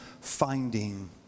finding